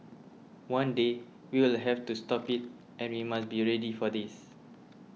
one day we will have to stop it and we must be ready for this